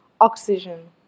oxygen